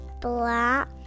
black